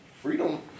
freedom